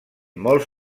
molts